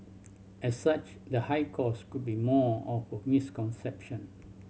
as such the high cost could be more of a misconception